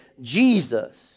Jesus